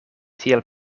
tiel